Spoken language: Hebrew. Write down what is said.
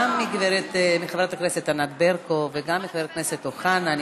גם מחברת הכנסת ענת ברקו וגם מחבר הכנסת אוחנה,